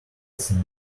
think